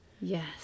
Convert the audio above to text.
Yes